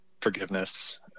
forgiveness